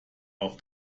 auf